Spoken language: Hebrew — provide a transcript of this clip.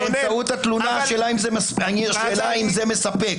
באמצעות התלונה, שאלה אם זה מספק.